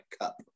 cup